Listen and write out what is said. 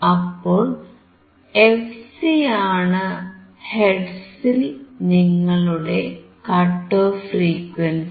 അപ്പോൾ fc ആണ് ഹെർട്സിൽ നിങ്ങളുടെ കട്ട് ഓഫ് ഫ്രീക്വൻസി